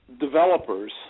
developers